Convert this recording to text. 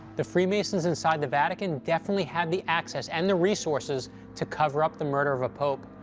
the freemasons inside the vatican definitely had the access and the resources to cover up the murder of a pope,